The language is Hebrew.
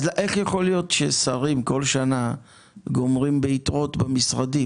איך יכול להיות ששרים גומרים כל שנה עם יתרות במשרדים?